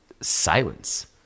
silence